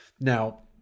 Now